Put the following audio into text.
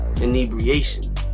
inebriation